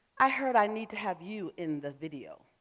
i heard i need to have you in the video.